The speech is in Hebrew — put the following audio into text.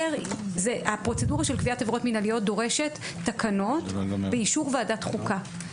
הפרוצדורה של קביעת עבירות מינהליות דורשת תקנות באישור ועדת חוקה.